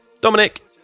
Dominic